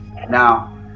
Now